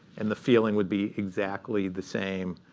and the feeling would be exactly the same.